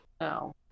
No